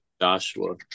Joshua